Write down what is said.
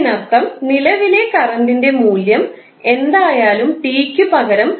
ഇതിനർത്ഥം നിലവിലെ കറൻറ് ൻറെ മൂല്യം എന്തായാലും t ക്ക് പകരം 0